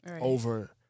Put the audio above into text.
over